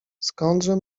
skądże